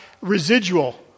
residual